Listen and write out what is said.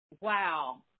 Wow